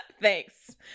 Thanks